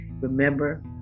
Remember